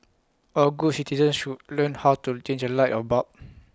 all good citizens should learn how to change A light A bulb